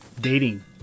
dating